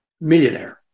millionaire